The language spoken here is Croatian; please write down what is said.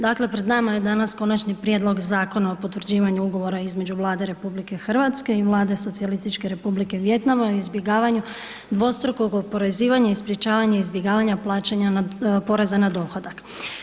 Dakle, pred nama je danas Konačni prijedlog Zakona o potvrđivanju Ugovora između Vlade RH i Vlade Socijalističke Republike Vijetnama o izbjegavanju dvostrukog oporezivanja i sprječavanju izbjegavanja plaćanja poreza na dohodak.